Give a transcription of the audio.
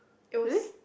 it was